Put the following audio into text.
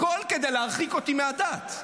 הכול כדי להרחיק אותי מהדת,